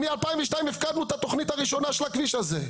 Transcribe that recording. ב-2002 הפקדנו את התכנית הראשונה של הכביש הזה.